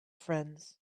friends